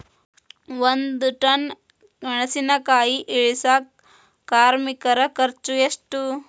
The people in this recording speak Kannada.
ಒಂದ್ ಟನ್ ಮೆಣಿಸಿನಕಾಯಿ ಇಳಸಾಕ್ ಕಾರ್ಮಿಕರ ಖರ್ಚು ಎಷ್ಟು?